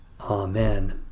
Amen